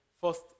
first